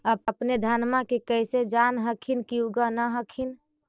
अपने धनमा के कैसे जान हखिन की उगा न हखिन?